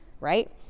right